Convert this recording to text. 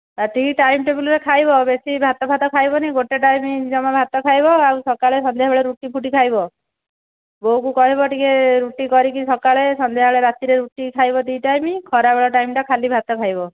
ଠିକ୍ ଟାଇମ୍ ଟେବୁଲ୍ରେ ଖାଇବ ବେଶି ଭାତ ଫାତ ଖାଇବନି ଗୋଟେ ଟାଇମ୍ ଜମା ଭାତ ଖାଇବ ଆଉ ସକାଳେ ସନ୍ଧ୍ୟା ବେଳେ ରୁଟି ଫୁଟି ଖାଇବ ବୋଉକୁ କହିବ ଟିକିଏ ରୁଟି କରିକି ସକାଳେ ସନ୍ଧ୍ୟାବେଳେ ରାତିରେ ରୁଟି ଖାଇବ ଦୁଇ ଟାଇମ୍ ଖରା ବେଳ ଟାଇମ୍ଟା ଖାଲି ଭାତ ଖାଇବ